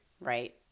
Right